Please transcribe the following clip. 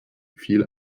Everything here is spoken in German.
viel